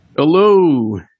Hello